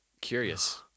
curious